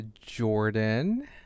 Jordan